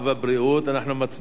אנחנו מצביעים.